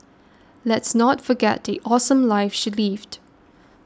let's not forget the awesome life she lived